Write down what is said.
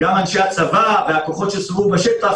גם אנשי הצבא והכוחות שסיירו בשטח,